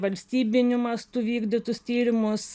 valstybiniu mastu vykdytus tyrimus